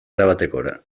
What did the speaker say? erabatekora